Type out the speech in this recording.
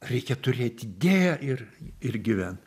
reikia turėt idėją ir ir gyvent